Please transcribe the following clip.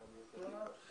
למה צריך את הכלי הזה,